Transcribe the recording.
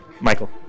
Michael